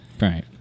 Right